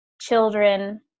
children